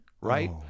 right